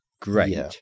Great